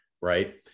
right